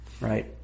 right